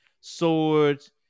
swords